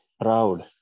proud